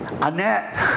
Annette